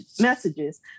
messages